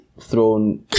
thrown